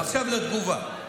עכשיו לתגובה: